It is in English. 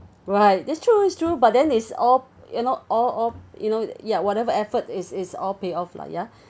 right that's true is true but then is all you know all all you know ya whatever effort is is all pay off lah ya